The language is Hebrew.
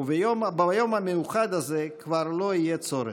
וביום המיוחד הזה כבר לא יהיה צורך.